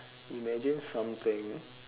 imagine something